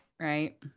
Right